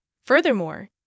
Furthermore